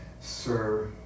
sir